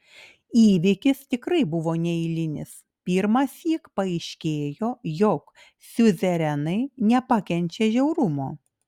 įvykis tikrai buvo neeilinis pirmąsyk paaiškėjo jog siuzerenai nepakenčia žiaurumo